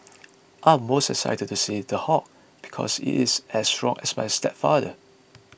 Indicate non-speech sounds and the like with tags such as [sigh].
[noise] I'm most excited to see The Hulk because it is as strong as my stepfather